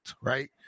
right